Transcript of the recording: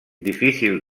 difícil